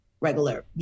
regular